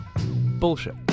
Bullshit